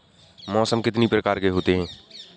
मौसम कितनी प्रकार के होते हैं?